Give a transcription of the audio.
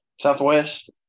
southwest